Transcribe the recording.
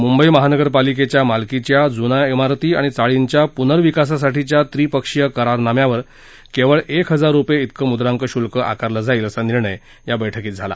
मुंबई महानगरपालिकेच्या मालकीच्या जुन्या शिरती आणि चाळींच्या पुनर्विकासासाठीच्या त्रिपक्षीय करारनाम्यावर केवळ एक हजार रुपये तिकं मुद्रांक शुल्क आकारलं जाईल असा निर्णय या बैठकीत झाला